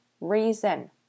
reason